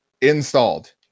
installed